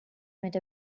met